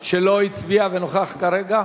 שלא הצביע ונוכח כרגע?